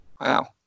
Wow